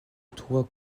toit